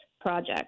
project